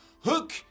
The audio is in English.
Hook